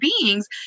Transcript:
beings